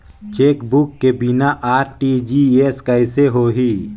Chequebook के बिना RTGS कइसे होही?